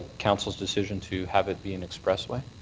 council's decision to have it be an expressway?